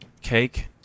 cake